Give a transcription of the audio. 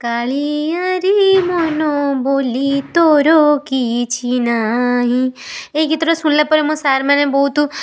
କାଳିଆରେ ମନ ବୋଲି ତୋର କିଛି ନାହିଁ ଏ ଗୀତଟା ଶୁଣିଲା ପରେ ମୋ ସାର୍ ମାନେ ବହୁତ